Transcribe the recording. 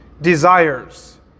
desires